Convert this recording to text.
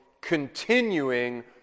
continuing